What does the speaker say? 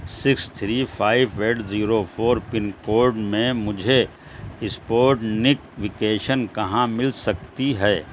six three five eight zero four pin code میں مجھے Sputnik vaccination کہاں مل سکتی ہے